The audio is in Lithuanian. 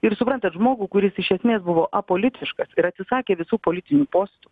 ir suprantat žmogų kuris iš esmės buvo apolitiškas ir atsisakė visų politinių postų